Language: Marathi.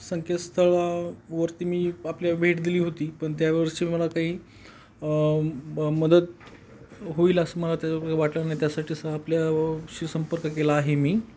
संकेत स्थळावरती मी आपल्या भेट दिली होती पण त्यावरची मला काही मदत होईल असं मला त्या वाटलं नाही त्यासाठी स आपल्याशी संपर्क केला आहे मी